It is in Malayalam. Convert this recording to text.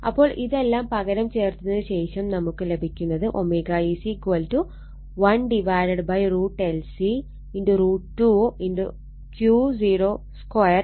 അപ്പോൾ ഇതെല്ലാം പകരം ചേർത്തതിന് ശേഷം നമുക്ക് ലഭിക്കുന്നത് ω 1√LC √2 Q02